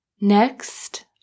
Next